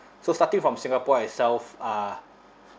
so starting from singapore itself uh